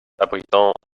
abritant